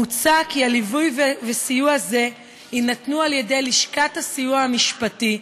מוצע כי ליווי וסיוע זה יינתנו על ידי לשכת הסיוע המשפטי,